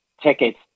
tickets